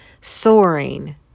soaring